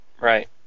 Right